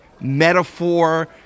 metaphor